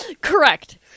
Correct